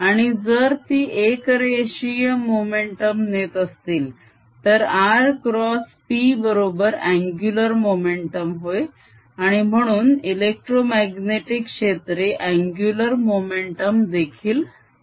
आणि जर ती एकरेषीय मोमेंटम नेत असतील तर r क्रॉस p बरोबर अन्गुलर मोमेंटम होय आणि म्हणून इलेक्ट्रोमाग्नेटीक क्षेत्रे अन्गुलर मोमेंटम देखील नेतात